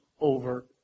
over